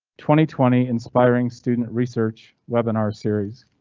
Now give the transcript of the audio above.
twenty twenty inspiring student research webinars series.